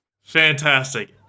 Fantastic